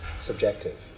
subjective